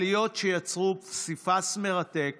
העליות יצרו פסיפס מרתק